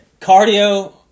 Cardio